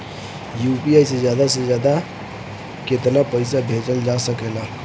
UPI से ज्यादा से ज्यादा केतना पईसा भेजल जा सकेला?